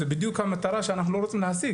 זה בדיוק המטרה שאנחנו לא רוצים להשיג,